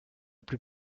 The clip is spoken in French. plus